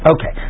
Okay